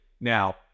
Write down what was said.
Now